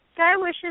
Skywishes